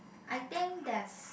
I think that's